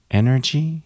energy